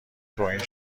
توهین